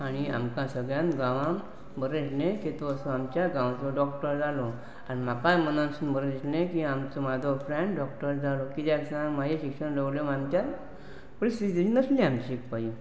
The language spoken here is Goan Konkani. आनी आमकां सगळ्यान गांवक बरें आशिल्लें की तो आमच्या गांवचो डॉक्टर जालो आनी म्हाकाय मनानसून बरें दिशिल्लें की आमचो म्हाजो फ्रॅंड डॉक्टर जालो कित्याक स म्हाजें शिक्षण प्रोबलेम आमच्या परिस्थती तरी नासली आमची शिकपाची